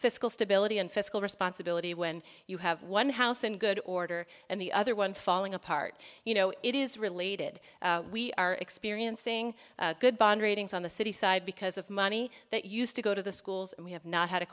fiscal stability and fiscal responsibility when you have one house in good order and the other one falling apart you know it is related we are experiencing good bond ratings on the city side because of money that used to go to the schools and we have not had a